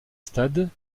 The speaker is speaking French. stade